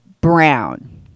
brown